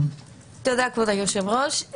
תודה כבוד היושב ראש.